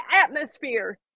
atmosphere